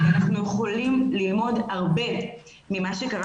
כי אנחנו יכולים ללמוד הרבה ממה שקרה